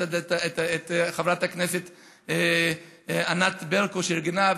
את חברת הכנסת ענת ברקו שארגנה.